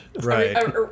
Right